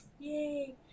Yay